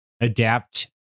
adapt